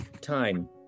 time